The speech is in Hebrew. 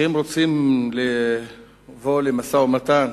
שאם רוצים לבוא למשא-ומתן